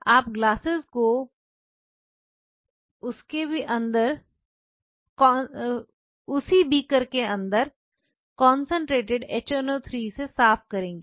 आप ग्लासेज को उसी बिकर के अंदर कंसंट्रेटेड HNO3 साफ करेंगे